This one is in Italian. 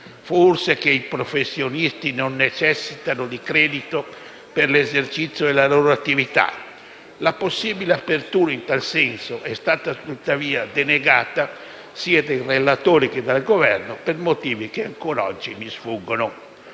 Forse i professionisti non necessitano di credito per l'esercizio della loro attività? La possibile apertura in tal senso è stata tuttavia denegata sia dai relatori che dal Governo per motivi che ancora oggi mi sfuggono.